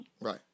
Right